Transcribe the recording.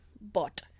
bot